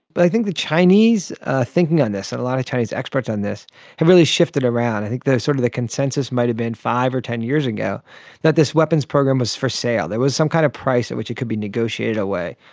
but i think the chinese thinking on this, and a lot of chinese experts on this have really shifted around. i think the sort of the consensus might have been five or ten years ago that this weapons program was for sale, there was some kind of price at which it could be negotiated away.